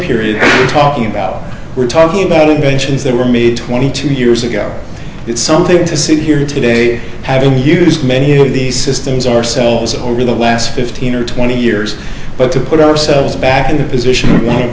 period talking about we're talking about inventions they were made twenty two years ago it's something to sit here today having used many of these systems ourselves over the last fifteen or twenty years but to put ourselves back in the position w